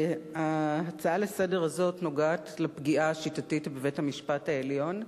ההצעה לסדר-היום הזאת נוגעת לפגיעה השיטתית בבית-המשפט העליון,